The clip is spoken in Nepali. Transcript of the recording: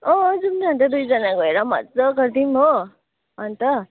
अँ जौँ न अन्त दुईजना गएर मज्जा गरिदिउँ हो अन्त